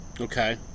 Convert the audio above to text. Okay